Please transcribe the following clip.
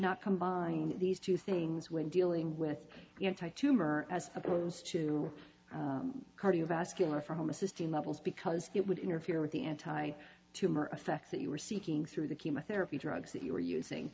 not combine these two things when dealing with the anti tumor as opposed to cardiovascular for homocysteine levels because it would interfere with the anti tumor effects that you were seeking through the chemotherapy drugs that you are using